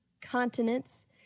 continents